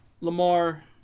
Lamar